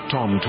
Tom